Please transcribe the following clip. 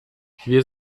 wir